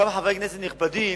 אותם חברי כנסת נכבדים,